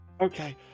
Okay